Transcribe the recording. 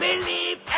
Believe